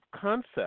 concept